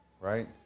right